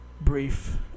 brief